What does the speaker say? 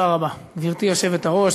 גברתי היושבת-ראש,